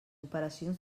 operacions